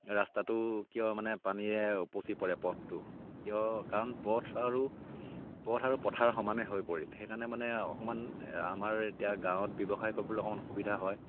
ৰাস্তাটো কিয় মানে পানীৰে উপচি পৰে পথটো কিয় কাৰণ পথ আৰু পথ আৰু পথাৰ সমানে হৈ পৰিল সেইকাৰণে মানে অকমান আমাৰ এতিয়া গাঁৱত ব্যৱসায় কৰিবলৈ অকমান অসুবিধা হয়